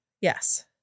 Yes